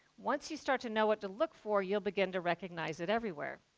once you start to know what to look for, you'll begin to recognize it everywhere.